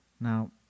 Now